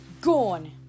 gone